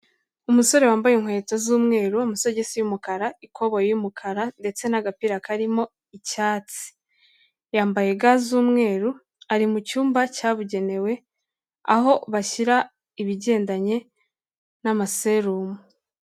Umusore wambaye inkweto z'umweru amasosogisi y'umukara ikoboyi y'umukara ndetse n'agapira karimo icyatsi, yambaye ga z'umweru, ari mu cyumba cyabugenewe aho bashyira ibigendanye n'amaserumu.